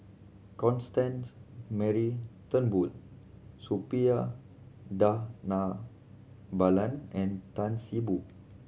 Constance Mary Turnbull Suppiah Dhanabalan and Tan See Boo